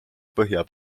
põhja